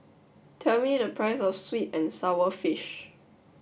tell me the price of sweet and sour fish